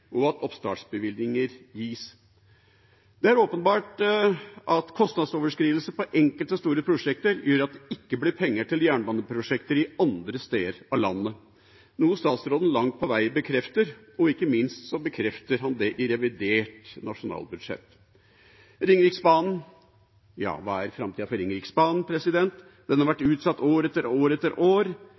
og oppstartsbevilgninger gis. Det er åpenbart at kostnadsoverskridelser på enkelte store prosjekter gjør at det ikke blir penger til jernbaneprosjekter andre steder i landet, noe statsråden langt på vei bekrefter, og ikke minst bekrefter han det i revidert nasjonalbudsjett. Ringeriksbanen: Hva er framtida for Ringeriksbanen? Den har vært utsatt år etter år etter år.